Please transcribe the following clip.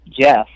Jeff